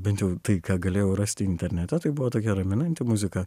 bent jau tai ką galėjau rasti internete tai buvo tokia raminanti muzika